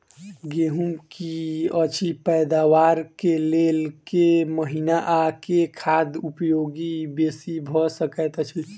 गेंहूँ की अछि पैदावार केँ लेल केँ महीना आ केँ खाद उपयोगी बेसी भऽ सकैत अछि?